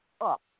up